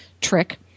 trick